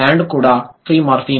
land కూడా free morpheme